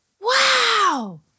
Wow